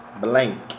blank